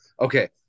okay